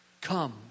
Come